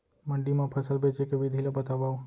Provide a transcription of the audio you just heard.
मंडी मा फसल बेचे के विधि ला बतावव?